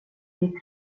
ditt